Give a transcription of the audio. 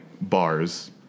bars